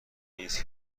ایست